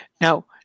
Now